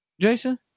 Jason